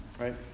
Right